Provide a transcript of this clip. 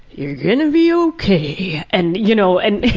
you're gonna be okay! and you know, and